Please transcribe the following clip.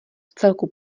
vcelku